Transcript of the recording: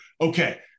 okay